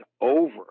over